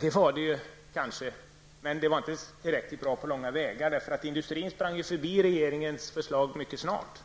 Det var det kanske, men det var inte på långa vägar tillräckligt bra. Industrin sprang ju förbi regeringens förslag mycket snart.